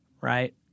right